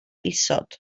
isod